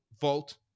vault